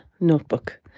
notebook